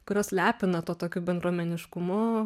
kurios lepina tuo tokiu bendruomeniškumu